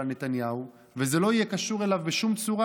נתניהו וזה לא יהיה קשור אליו בשום צורה,